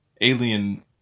alien